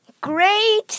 great